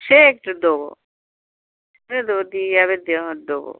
সে একটু দেবো সে দেবো দিয়ে যাবে যখন দেবো